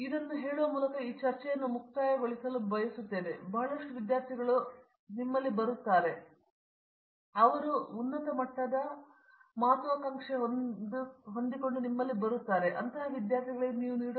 ಆದ್ದರಿಂದ ನಾನು ಇದನ್ನು ಕೇಳುವ ಮೂಲಕ ಈ ಚರ್ಚೆಯನ್ನು ಮುಕ್ತಾಯಗೊಳಿಸಲು ಬಯಸುತ್ತೇನೆ ಬಹಳಷ್ಟು ವಿದ್ಯಾರ್ಥಿಗಳು ಅಲ್ಲಿಗೆ ಹೋಗುತ್ತಿದ್ದಾರೆ ಯಾರು ಪರಿಗಣಿಸುತ್ತಿದ್ದಾರೆ ರಸಾಯನಶಾಸ್ತ್ರ ಸ್ನಾತಕೋತ್ತರ ಪದವಿ ಅಥವಾ ಪಿಎಚ್ಡಿ ಪದವಿ ಮುಂಚಿತವಾಗಿ ನಿಮಗೆ ತಿಳಿದಿದೆ